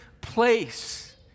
place